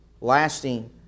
lasting